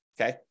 okay